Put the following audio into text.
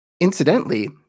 Incidentally